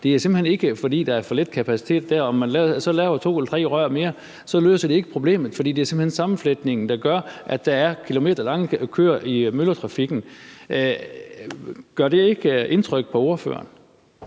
det er simpelt hen ikke, fordi der dér er for lidt kapacitet, og om man så lavede to eller tre rør mere, løser det ikke problemet. For det er simpelt hen sammenfletningen, der gør, at der er kilometerlange køer i myldretidstrafikken. Gør det ikke indtryk på ordføreren?